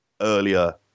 earlier